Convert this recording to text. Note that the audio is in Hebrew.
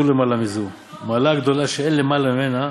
זו למעלה מזו: המעלה הגדולה שאין למעלה ממנה,